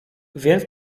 więc